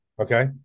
okay